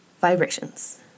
Vibrations